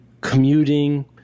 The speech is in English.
commuting